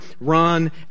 run